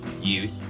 youth